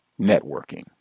networking